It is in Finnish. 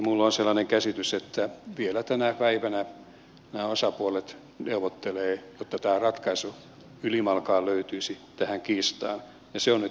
minulla on sellainen käsitys että vielä tänä päivänä nämä osapuolet neuvottelevat jotta ratkaisu ylimalkaan löytyisi tähän kiistaan pysynyt